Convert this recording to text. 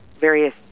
various